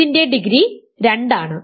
ഇതിൻറെ ഡിഗ്രി 2 ആണ്